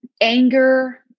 Anger